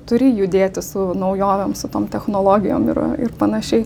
turi judėti su naujovėm su tom technologijom ir ir panašiai